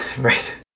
Right